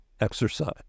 exercise